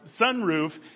sunroof